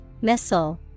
missile